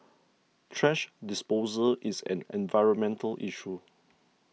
thrash disposal is an environmental issue